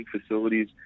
facilities